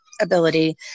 ability